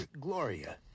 Gloria